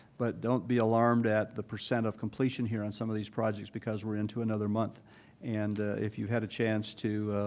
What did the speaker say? but don't be alarmed at the percent of completion here on some of these projects because we're into another month and if you had a chance to